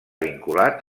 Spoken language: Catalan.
vinculat